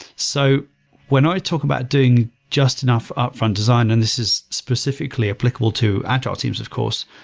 so when i talk about doing just enough upfront design, and this is specifically applicable to agile teams, of course,